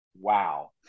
wow